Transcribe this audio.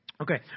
Okay